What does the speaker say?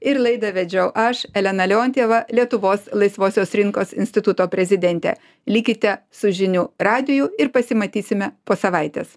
ir laidą vedžiau aš elena leontjeva lietuvos laisvosios rinkos instituto prezidentė likite su žinių radiju ir pasimatysime po savaitės